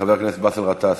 חבר הכנסת באסל גטאס,